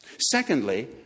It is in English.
Secondly